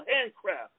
handcraft